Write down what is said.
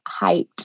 hyped